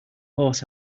horse